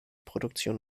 produktion